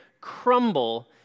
crumble